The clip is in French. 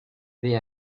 vais